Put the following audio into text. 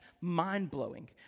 mind-blowing